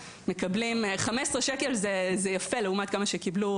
15 שקלים לשעה זה יפה לעומת כמה שקיבלו